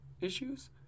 issues